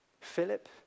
Philip